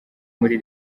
muri